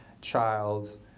child